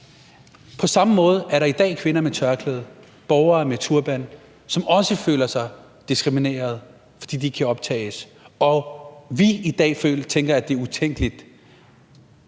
På samme måde er der i dag kvinder med tørklæde, borgere med turban, som også føler sig diskrimineret, fordi de ikke kan optages, og vi tænker i dag, at det er utænkeligt.